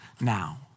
now